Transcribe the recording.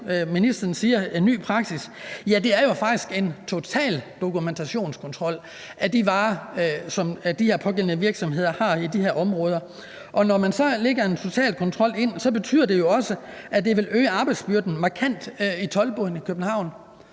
ministeren siger er en ny praksis – er jo faktisk en total dokumentationskontrol af de varer, som de her pågældende virksomheder har på de her områder, og når man så lægger en totalkontrol ind, betyder det jo også, at det vil øge arbejdsbyrden markant i toldboden i København.